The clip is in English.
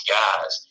guys